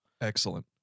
Excellent